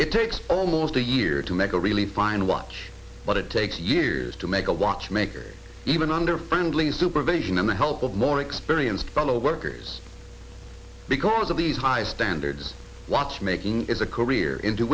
it takes almost a year to make a really fine watch but it takes years to make a watchmaker even under friendly supervision and the help of more experienced fellow workers because of these high standards watchmaking is a career into